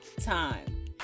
time